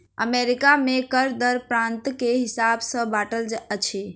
America में कर दर प्रान्त के हिसाब सॅ बाँटल अछि